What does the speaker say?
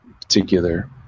particular